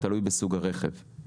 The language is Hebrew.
תלוי בסוג הרכב.